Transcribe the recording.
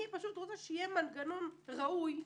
אני רוצה שיהיה מנגנון ראוי,